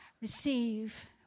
receive